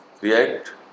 react